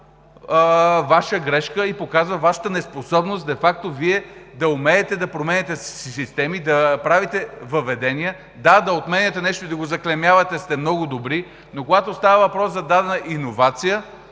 Ваша грешка и показва Вашата неспособност де факто Вие да умеете да променяте системи, да правите въведения. Да, да отменяте нещо и да го заклеймявате сте много добри, но когато става въпрос за дадена иновация,